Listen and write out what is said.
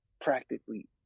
practically